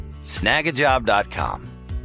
Snagajob.com